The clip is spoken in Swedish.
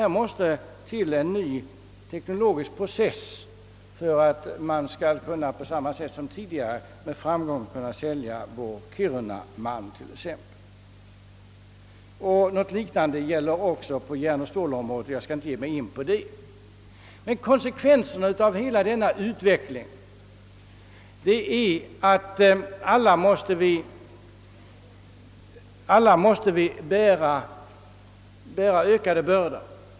Här måste till en ny teknologisk process om vi med samma framgång som tidigare skall kunna sälja t.ex. vår kirunamalm. Något liknande gäller på järnoch stålområdet, men jag skall inte ge mig in på det. Konsekvenserna av hela denna utveckling är att vi alla måste bära ökade bördor.